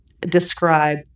describe